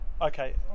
Okay